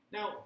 Now